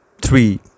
three